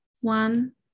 One